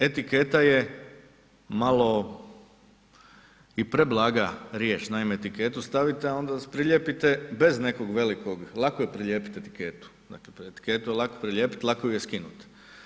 Etiketa je malo i preblaga riječ, naime etiketu stavite a onda prilijepite bez nekog velikog, lako je prilijepiti etiketu, dakle etiketu je lako prilijepiti, lako ju je skinuo.